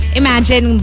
imagine